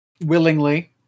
willingly